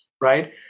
Right